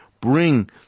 bring